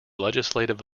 legislative